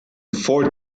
four